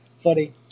funny